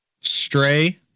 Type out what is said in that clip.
Stray